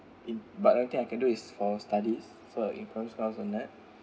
in but I don't think I can do is for studies so for in first class and that